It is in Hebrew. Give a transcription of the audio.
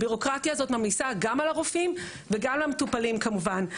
הביורוקרטיה הזאת מעמיסה גם על הרופאים וגם למטופלים כמובן.